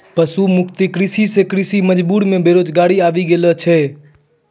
पशु मुक्त कृषि से कृषि मजदूर मे बेरोजगारी आबि गेलो छै